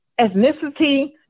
ethnicity